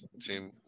team